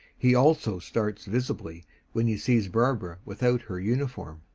he also starts visibly when he sees barbara without her uniform.